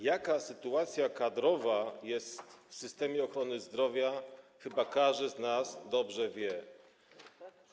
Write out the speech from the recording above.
Jaka sytuacja kadrowa jest w systemie ochrony zdrowia, chyba każdy z nas dobrze wie.